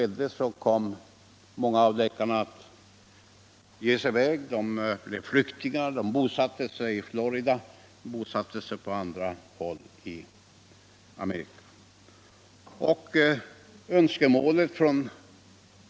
De blev flyktingar - de bosatte sig .i Florida och på andra håll i Amerika.